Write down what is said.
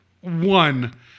one